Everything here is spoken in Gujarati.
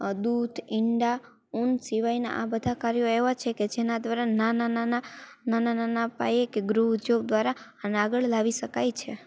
આ દૂધ ઈંડા ઉન સિવાયના આ બધાં કાર્યો એવાં છે કે જેના દ્વારા નાના નાના નાના પાયે કે ગૃહ ઉદ્યોગ દ્વારા અને આગળ લાવી શકાય છે